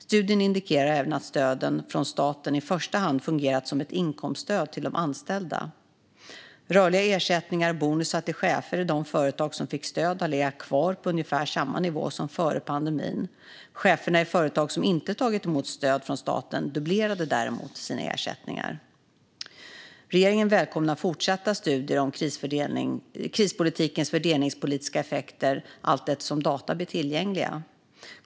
Studien indikerar även att stöden från staten i första hand har fungerat som ett inkomststöd till de anställda. Rörliga ersättningar och bonusar till chefer i de företag som fick stöd har legat kvar på ungefär samma nivå som före pandemin. Cheferna i företag som inte tagit emot stöd från staten dubblerade däremot sina ersättningar. Regeringen välkomnar fortsatta studier om krispolitikens fördelningspolitiska effekter allteftersom data blir tillgängliga.